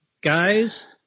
guys